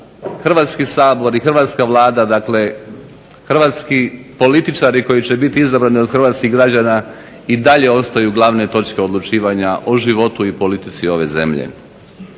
Hrvatski sabor i hrvatska Vlada dakle hrvatski političari koji će biti izabrani od hrvatskih građana i dalje ostaju glavne točke odlučivanja o životu i politici ove zemlje.